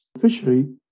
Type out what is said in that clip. fishery